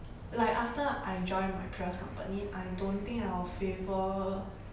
like after I joined my previous company I don't think I'll favour